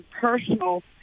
personal